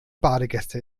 badegäste